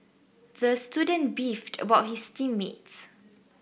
the student beefed about his team mates